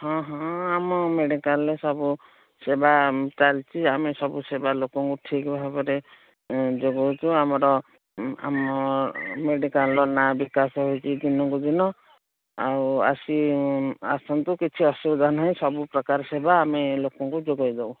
ହଁ ହଁ ଆମ ମେଡ଼ିକାଲରେ ସବୁ ସେବା ଚାଲିଛି ଆମେ ସବୁ ସେବା ଲୋକଙ୍କୁ ଠିକ୍ ଭାବରେ ଯୋଗାଉଛୁ ଆମର ଆମ ମେଡ଼ିକାଲର ନାଁ ବିକାଶ ହୋଇଛି ଦିନକୁ ଦିନ ଆଉ ଆସି ଆସନ୍ତୁ କିଛି ଅସୁବିଧା ନାହିଁ ସବୁପ୍ରକାର ସେବା ଆମେ ଲୋକଙ୍କୁ ଯୋଗେଇ ଦେବୁ